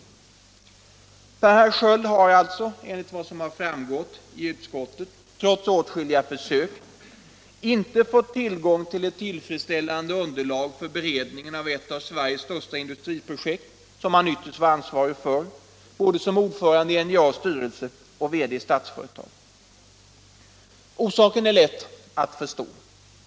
Per Sköld har alltså, enligt vad som framgått i utskottet, trots åtskilliga försök inte ens fått tillgång till ett tillfredsställande underlag för beredningen av ett av Sveriges största industriprojekt, som han ytterst var ansvarig för både som ordförande i NJA:s styrelse och som VD i Statsföretag. Orsaken är lätt att förstå.